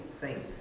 faith